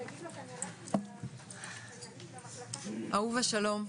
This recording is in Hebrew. אהובה שלום.